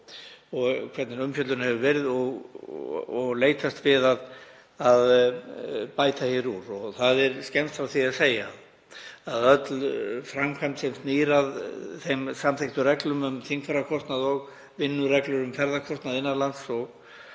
og hvernig umfjöllun hefur verið og leitast við að bæta úr. Það er skemmst frá því að segja að öll framkvæmd sem snýr að samþykktum reglum um þingfararkostnað og vinnureglur um ferðakostnað innan lands